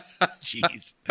Jeez